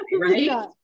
right